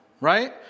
right